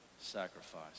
sacrifice